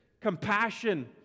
compassion